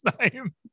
name